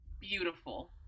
beautiful